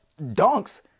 dunks